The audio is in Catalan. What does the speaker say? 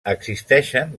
existeixen